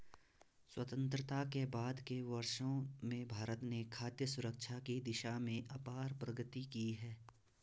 स्वतंत्रता के बाद के वर्षों में भारत ने खाद्य सुरक्षा की दिशा में अपार प्रगति की है